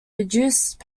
reduced